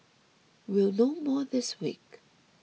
we'll know more this week